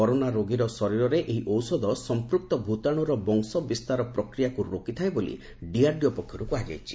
corona ରୋଗୀର ଶରୀରରେ ଏହି ଔଷଧ ସମ୍ପୁକ୍ତ ଭୂତାଣୁର ବଂଶବିସ୍ତାର ପ୍ରକ୍ରିୟାକୁ ରୋକିଥାଏ ବୋଲି ଡିଆର୍ଡିଓ ପକ୍ଷରୁ କୁହାଯାଇଛି